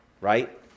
right